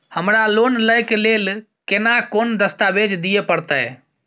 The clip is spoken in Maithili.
हमरा लोन लय के लेल केना कोन दस्तावेज दिए परतै?